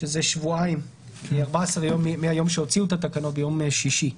שזה 14 יום מהיום שהוציאו את התקנות ביום שישי.